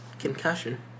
concussion